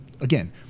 again